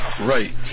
right